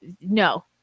no